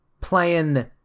playing